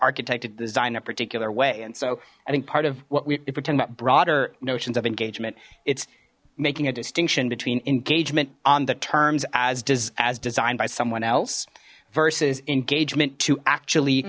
architected the design in a particular way and so i think part of what we pretend about broader notions of engagement it's making a distinction between engagement on the terms as designed by someone else versus engagement to actually